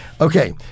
Okay